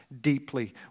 deeply